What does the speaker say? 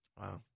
Wow